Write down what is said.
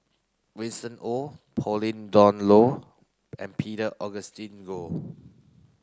Winston Oh Pauline Dawn Loh and Peter Augustine Goh